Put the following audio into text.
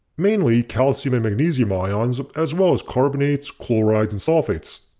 mainly calcium and magnesium ions as well as carbonates, chloride, and sulfates.